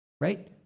right